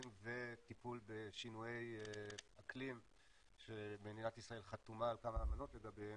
וטיפול בשינויי אקלים שמדינת ישראל חתומה על כמה אמנות לגביהם.